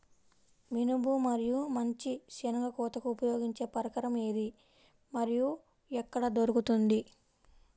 మినుము మరియు మంచి శెనగ కోతకు ఉపయోగించే పరికరం ఏది మరియు ఎక్కడ దొరుకుతుంది?